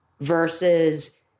versus